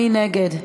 מי נגד?